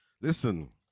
Listen